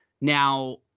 Now